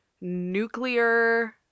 nuclear